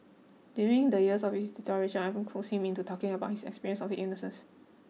during the years of his deterioration I often coaxed him into talking about his experience of illnesses